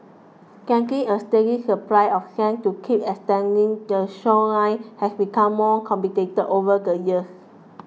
getting a steady supply of sand to keep extending the shoreline has become more complicated over the years